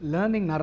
Learning